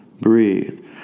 Breathe